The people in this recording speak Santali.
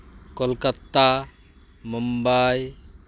ᱠᱳᱞᱠᱟᱛᱟ ᱢᱩᱢᱵᱟᱭ